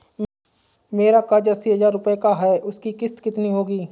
मेरा कर्ज अस्सी हज़ार रुपये का है उसकी किश्त कितनी होगी?